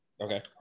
Okay